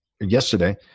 yesterday